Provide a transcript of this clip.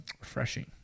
refreshing